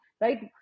right